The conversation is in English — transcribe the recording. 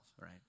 right